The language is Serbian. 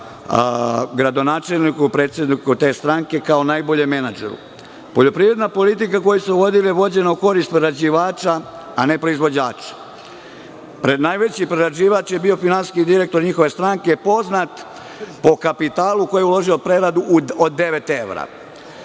gradonačelniku, predsedniku te stranke, kao najboljem menadžeru. Poljoprivredna politika koju su vodili je vođena u korist prerađivača, a ne proizvođača. Najveći prerađivač je bio finansijski direktor njihove stranke poznat po kapitalu koji je uložio od devet evra.